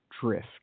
drift